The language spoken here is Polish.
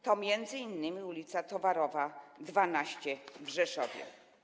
To m.in. ul. Towarowa 12 w Rzeszowie.